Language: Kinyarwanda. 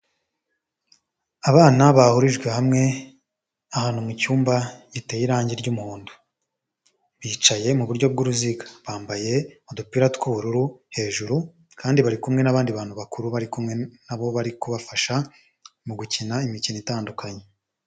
Abana bahurijwe hamwe, ahantu mu cyumba giteye irangi ry'umuhondo, bicaye mu buryo bw'uruziga, bambaye udupira tw'ubururu hejuru, kandi bari kumwe n'abandi bantu bakuru bari kumwe nabo bari kubafasha mu gukina imikino itandukanye.